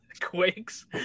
Quakes